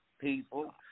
people